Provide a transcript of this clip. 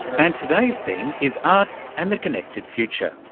and today's theme is art and the connected future.